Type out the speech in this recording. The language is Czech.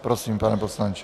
Prosím, pane poslanče.